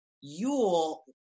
Yule